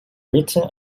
written